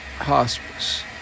Hospice